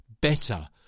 better